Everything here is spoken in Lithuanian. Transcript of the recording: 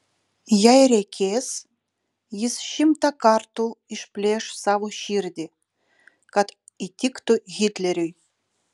jei reikės jis šimtą kartų išplėš savo širdį kad įtiktų hitleriui